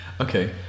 Okay